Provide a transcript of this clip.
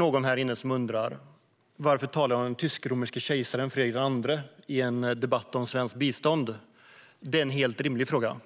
Någon kanske undrar varför jag talar om den tysk-romerske kejsaren Fredrik II i en debatt om svenskt bistånd. Det är en helt rimlig fråga.